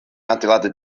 adeiladu